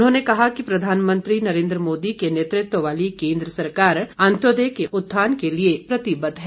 उन्होंने कहा कि प्रधानमंत्री नरेन्द्र मोदी के नेतृत्व वाली केन्द्र सरकार अंत्योदय के उत्थान के लिए प्रतिबद्ध है